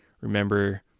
remember